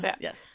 Yes